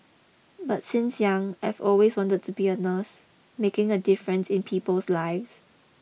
but since young I've always wanted to be a nurse making a difference in people's lives